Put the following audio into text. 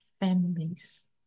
families